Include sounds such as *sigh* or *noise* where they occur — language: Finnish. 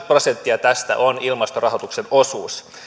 *unintelligible* prosenttia tästä on ilmastorahoituksen osuus